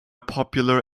popular